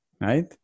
right